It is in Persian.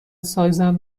سایزم